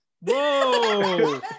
Whoa